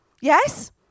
Yes